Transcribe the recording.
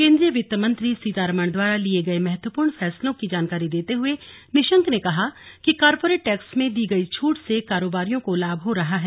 केंद्रीय वित्त मंत्री सीतारमण द्वारा लिए गए महत्वपूर्ण फैसलों की जानकारी देते हुए निशंक ने कहा कि कॉर्पोरेट टैक्स मे दी गई छूट से कारोबारियों को लाभ हो रहा है